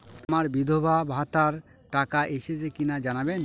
আমার বিধবাভাতার টাকা এসেছে কিনা জানাবেন?